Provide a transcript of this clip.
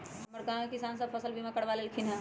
हमर गांव के किसान सभ फसल बीमा करबा लेलखिन्ह ह